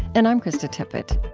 and i'm krista tippett